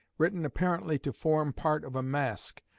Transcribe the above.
written apparently to form part of a masque,